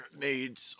made